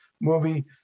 movie